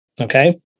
Okay